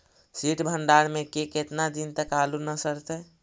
सित भंडार में के केतना दिन तक आलू न सड़तै?